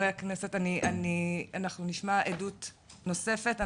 אנחנו נשמע עדות נוספת.